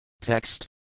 Text